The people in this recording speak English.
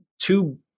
two